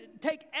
take